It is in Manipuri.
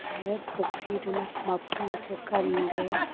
ꯉꯁꯥꯏ ꯄꯨꯈ꯭ꯔꯤꯗꯨꯅ ꯃꯐꯝꯗꯨꯁꯨ ꯀꯟꯈ꯭ꯔꯦ